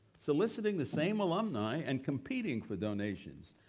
soliciting the same alumni and competing for donations.